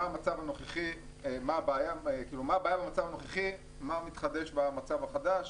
מה הבעיה במצב הנוכחי ומה מתחדש במצב החדש.